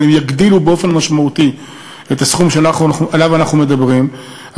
אבל הם יגדילו באופן משמעותי את הסכום שאנחנו מדברים עליו,